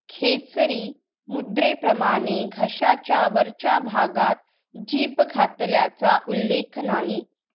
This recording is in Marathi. खेचरी मुद्रेप्रमाणे घशाच्या वरच्या भागात जीभ घातल्याचा उल्लेख नाही